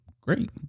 great